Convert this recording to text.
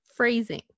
Phrasing